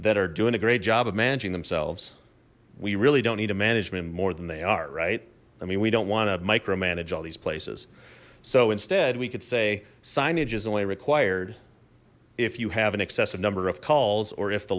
that are doing a great job of managing themselves we really don't need a management more than they are right i mean we don't want to micromanage all these places so instead we could say signage is only required if you have an excessive number of calls or